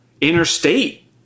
interstate